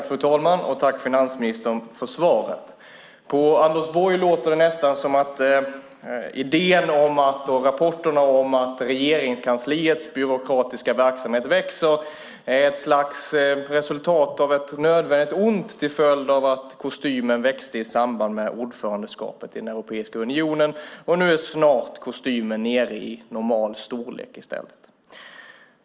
Fru talman! Jag tackar finansministern för svaret. På Anders Borg låter det nästan som att idén och rapporterna om att Regeringskansliets byråkratiska verksamhet växer är ett slags resultat av ett nödvändigt ont till följd av att kostymen växte i samband med ordförandeskapet i den europeiska unionen, och nu är snart kostymen nere i normal storlek i stället.